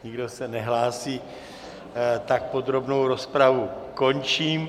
Nikdo se nehlásí, tak podrobnou rozpravu končím.